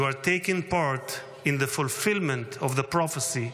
You are taking part in the fulfillment of prophecy,